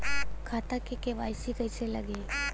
खाता में के.वाइ.सी कइसे लगी?